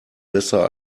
besser